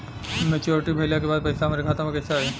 Maturity भईला के बाद पईसा हमरे खाता में कइसे आई?